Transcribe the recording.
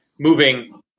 moving